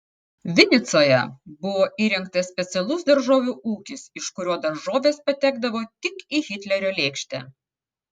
vinicoje buvo įrengtas specialus daržovių ūkis iš kurio daržovės patekdavo tik į hitlerio lėkštę